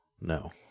No